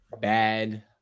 bad